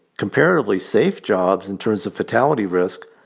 comparatively, safe jobs, in terms of fatality risk.